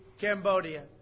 Cambodia